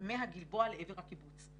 מהגלבוע לעבר הקיבוץ.